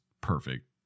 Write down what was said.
perfect